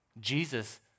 Jesus